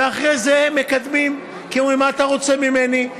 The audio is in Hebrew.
ואחרי זה הם מקדמים ואומרים: מה אתה רוצה ממני?